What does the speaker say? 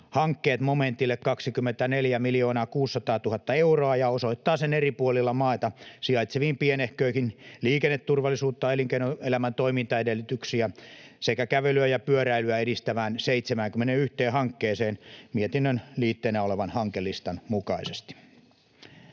hankkeet ‑momentille 24 600 000 euroa ja osoittaa sen eri puolilla maata sijaitseviin pienehköihin liikenneturvallisuutta, elinkeinoelämän toimintaedellytyksiä sekä kävelyä ja pyöräilyä edistäviin 71 hankkeeseen mietinnön liitteenä olevan hankelistan mukaisesti.